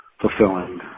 fulfilling